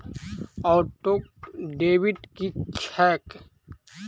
Auto debit की छैक?